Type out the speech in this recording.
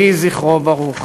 יהי זכרו ברוך.